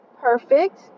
perfect